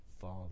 Father